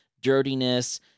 dirtiness